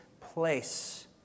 place